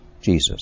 Jesus